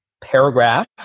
paragraph